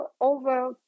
over